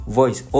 voice